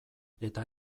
eta